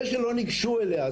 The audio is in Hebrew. זה שלא ניגשו אליה,